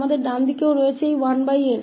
तो हमारे पास दाहिने हाथ की ओर भी यह 1s है